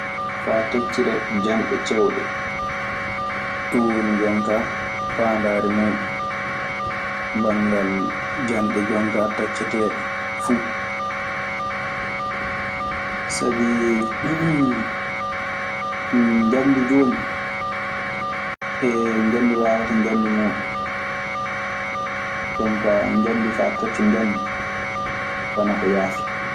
Faa wiisira e wiisitiraa turnewiisiŋaaji. Ɗun woni jon kaa faandaare muuɗun banngal janɗe jon kaa tacceteeɗe fu. Sabii njanndi jooni njanndi waawata njanndi muuɗun. Jonkaa njanndi faa tacca njanndi wana ko yaafi.